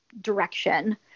direction